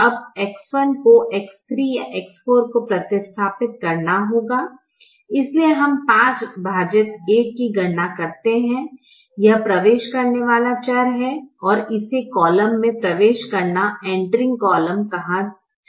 अबX1 को X3 या X4 को प्रतिस्थापित करना होगा इसलिए हम 5 विभाजित 1 की गणना करते हैं यह प्रवेश करने वाला चर है और इसे कॉलम में प्रवेश करना कहा जाता है